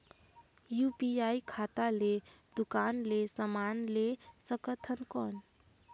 UPI खाता ले दुकान ले समान ले सकथन कौन?